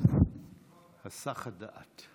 היסח הדעת.